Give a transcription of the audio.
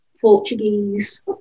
Portuguese